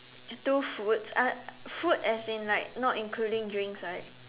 two foods uh food as in like not including drinks right